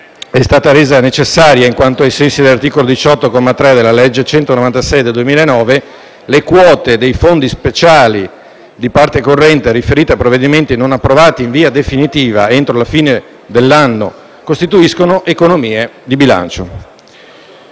è stata resa necessaria in quanto, ai sensi dell'articolo 18, comma 3, della legge n. 196 del 2009, le quote dei fondi speciali di parte corrente riferita a provvedimenti non approvati in via definitiva entro la fine dell'anno costituiscono economia di bilancio.